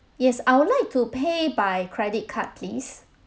yes I would like to pay by credit card please